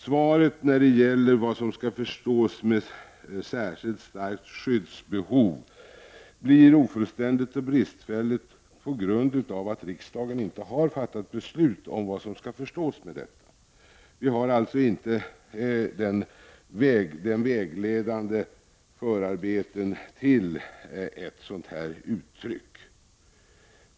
Svaret på frågan om vad som skall förstås med uttrycket särskilt starkt skyddsbehov blir ofullständigt och bristfälligt på grund av att riksdagen inte har fattat beslut om vad som skall förstås med detta. Vi har alltså inte några vägledande förarbeten till ett sådant uttryck.